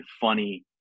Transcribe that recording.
funny